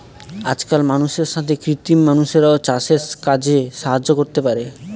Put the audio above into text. আজকাল মানুষের সাথে কৃত্রিম মানুষরাও চাষের কাজে সাহায্য করতে পারে